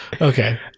Okay